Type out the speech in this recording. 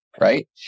right